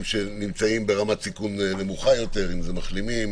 שנמצאים ברמת סיכון נמוכה יותר אם זה מחלימים,